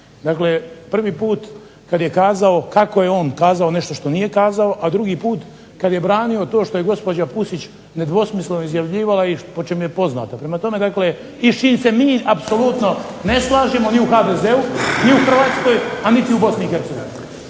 Dakle, prvi put kad je kazao kako je on kazao nešto što nije kazao, a drugi put kad je branio to što je gospođa Pusić nedvosmisleno izjavljivala i po čem je poznata. Prema tome, dakle i s čim se mi apsolutno ne slažemo ni u HDZ-u, ni u Hrvatskoj, a niti u Bosni